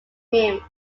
him